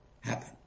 happen